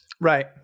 right